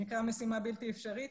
זה נקרא 'משימה בלתי אפשרית',